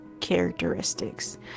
characteristics